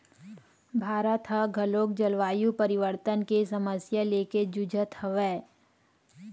भारत ह घलोक जलवायु परिवर्तन के समस्या लेके जुझत हवय